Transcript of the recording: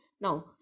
Now